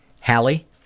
Hallie